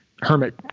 hermit